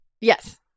Yes